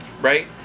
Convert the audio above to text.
right